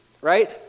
right